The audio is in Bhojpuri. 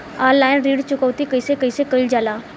ऑनलाइन ऋण चुकौती कइसे कइसे कइल जाला?